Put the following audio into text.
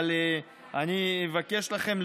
אבל אני אבקש מכם,